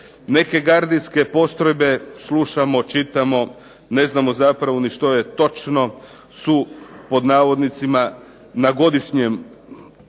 Neke gardijske postrojbe slušamo, čitamo, ne znamo zapravo ni što je točno su "na godišnjem odmoru"